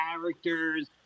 characters